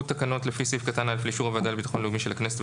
תקנות לפי סעיף קטן (א) לאישור הוועדה לביטחון לאומי של הכנסת,